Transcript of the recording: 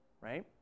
right